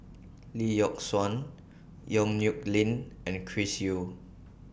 Lee Yock Suan Yong Nyuk Lin and Chris Yeo